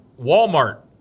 Walmart